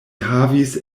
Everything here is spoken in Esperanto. havis